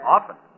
Often